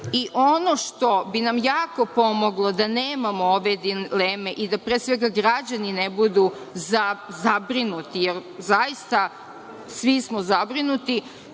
što bi nam jako pomoglo da nemamo ove dileme, i da pre svega građani ne budu zabrinuti, jer zaista svi smo zabrinuti,